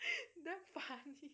damn funny